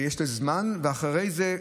יש להן זמן, ואחרי זה,